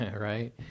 right